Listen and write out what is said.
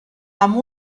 amb